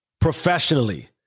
professionally